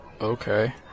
okay